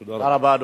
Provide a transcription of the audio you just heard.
תודה רבה.